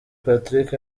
patrick